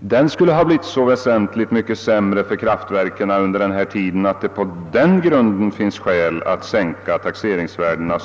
Denna skulle i så fall ha blivit så väsentligt mycket sämre under denna tid för kraftverken, att det på denna grund hade funnits anledning att sänka taxeringsvärdena